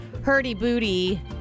hurdy-booty